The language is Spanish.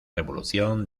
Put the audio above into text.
revolución